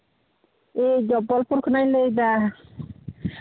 ᱤᱧ ᱡᱚᱵᱽᱵᱚᱞᱯᱩᱨ ᱠᱷᱚᱱᱟᱜ ᱤᱧ ᱞᱟᱹᱭᱫᱟ